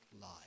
lie